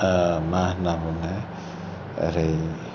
मा होनना बुङो ओरै